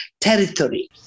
territory